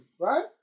Right